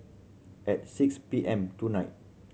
at six P M tonight